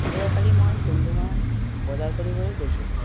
যোৱাকালি মই ডুমডুমা বজাৰ কৰিবলৈ গৈছিলোঁ